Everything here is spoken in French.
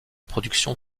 production